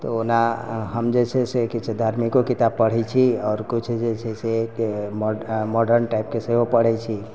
तऽ ओना हम जे छै से किछु धर्मिको किताब पढ़ै छी आओर किछु जे छै से माडर्न टाइप के सेहो पढ़ै छी